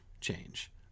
change